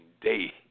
day